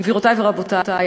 גבירותי ורבותי,